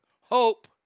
hope